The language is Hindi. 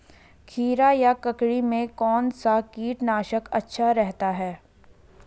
खीरा या ककड़ी में कौन सा कीटनाशक अच्छा रहता है?